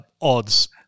odds